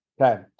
Okay